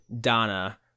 Donna